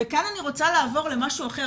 כאן אני רוצה לעבור למשהו אחר.